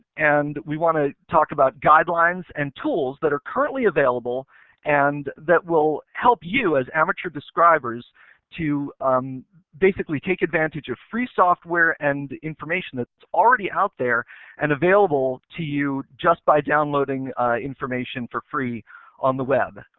and we want to talk about guidelines and tools that are currently available and that will help you as amateur describers to basically take advantage of free software and information that's already out there and is available to you just by downloading information for free on the web.